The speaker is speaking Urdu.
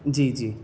جی جی